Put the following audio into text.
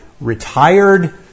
retired